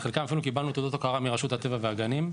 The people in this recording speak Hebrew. על חלקם אפילו קיבלנו תעודות הוקרה מרשות הטבע והגנים,